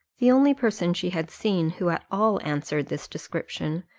the only person she had seen, who at all answered this description,